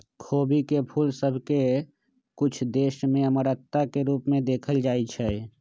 खोबी के फूल सभ के कुछ देश में अमरता के रूप में देखल जाइ छइ